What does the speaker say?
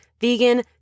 vegan